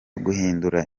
guhindura